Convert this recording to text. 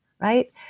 Right